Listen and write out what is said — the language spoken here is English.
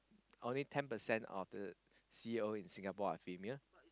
only ten percent of the C_E_O in Singapore are female